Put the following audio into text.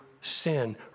sin